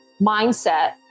mindset